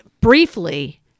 briefly